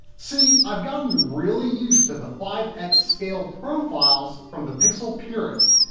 see, i've gotten really used to the five x scale profiles from the pixel purist,